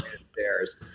stairs